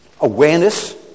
awareness